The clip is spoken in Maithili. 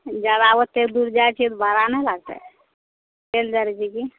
जादा ओतेक दूर जाइ छिए तऽ भाड़ा नहि लागतै चलि जाए रही कि